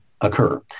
occur